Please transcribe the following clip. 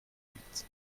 huit